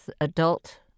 adult